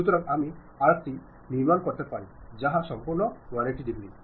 সুতরাং আমি আর্কটি নির্মাণ করতে পারি যাহা সম্পূর্ণ 180 ডিগ্রি